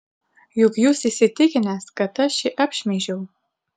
juk jūs įsitikinęs kad aš jį apšmeižiau